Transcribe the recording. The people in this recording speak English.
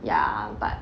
ya but